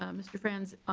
um mr. franz